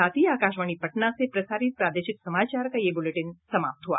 इसके साथ ही आकाशवाणी पटना से प्रसारित प्रादेशिक समाचार का ये अंक समाप्त हुआ